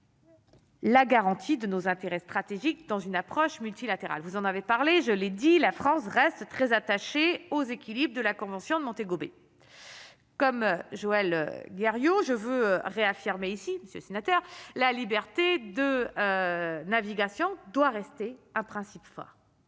La garantie de nos intérêts stratégiques dans une approche multilatérale, vous en avez parlé, je l'ai dit, la France reste très attachée aux équilibres de la convention de Montego Bay comme Joël Guerriau je veux réaffirmer ici Monsieur signataires, la liberté de navigation doit rester un principe fort.